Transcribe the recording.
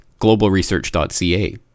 globalresearch.ca